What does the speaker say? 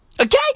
Okay